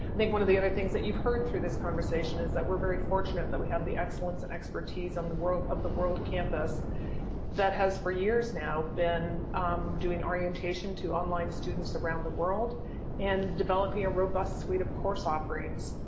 think one of the other things that you've heard through this conversation is that we're very fortunate that we have the excellence and expertise um of the world campus that has for years now been doing orientation to online students around the world and developing a robust suite of course offerings.